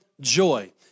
joy